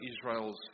Israel's